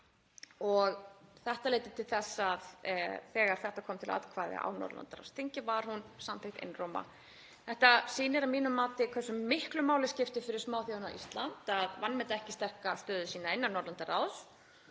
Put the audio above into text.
Þetta leiddi til þess að þegar tillagan kom til atkvæða á Norðurlandaráðsþingi var hún samþykkt einróma. Þetta sýnir að mínu mati hversu miklu máli skiptir fyrir smáþjóðina Ísland að vanmeta ekki sterka stöðu sína innan Norðurlandaráðs.